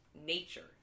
nature